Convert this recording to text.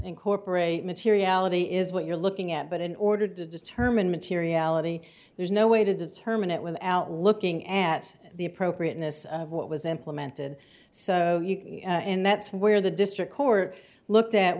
incorporate materiality is what you're looking at but in order to determine materiality there's no way to determine it without looking at the appropriateness of what was implemented so that's where the district court looked at